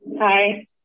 Hi